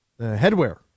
headwear